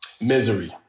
Misery